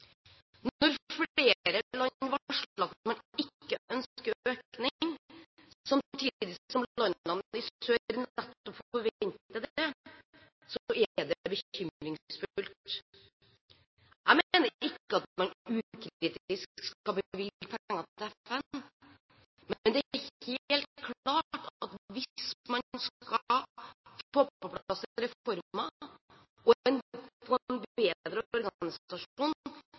at man ikke ønsker økning, samtidig som landene i sør nettopp forventer det, er det bekymringsfullt. Jeg mener ikke at man ukritisk skal bevilge penger til FN, men det er helt klart at hvis man skal få på plass reformer og få en bedre